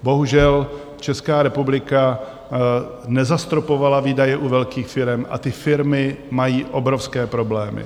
Bohužel Česká republika nezastropovala výdaje u velkých firem a ty firmy mají obrovské problémy.